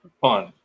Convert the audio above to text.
fun